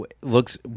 looks